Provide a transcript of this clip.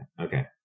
Okay